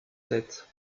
sept